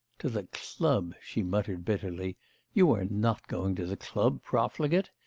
to the club she muttered bitterly you are not going to the club, profligate?